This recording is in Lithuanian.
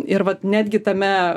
ir vat netgi tame